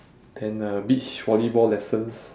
then uh beach volleyball lessons